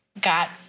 got